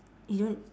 you don't